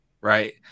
Right